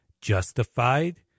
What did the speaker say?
justified